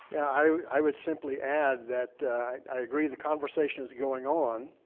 i would simply add that i agree the conversation is going on.